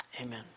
Amen